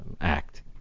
act